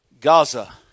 Gaza